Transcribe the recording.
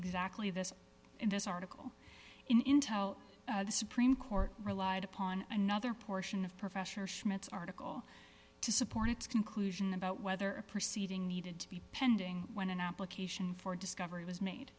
exactly this in this article in intel the supreme court relied upon another portion of professor schmidt's article to support its conclusion about whether a proceeding needed to be pending when an application for discovery was made